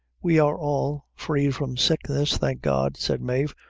we are all free from sickness, thank god, said mave,